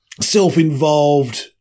self-involved